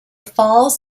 falls